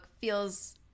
feels